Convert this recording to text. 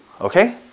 Okay